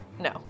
No